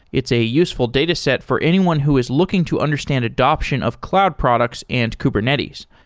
it's a useful dataset for anyone who is looking to understand adaption of cloud products and kubernetes,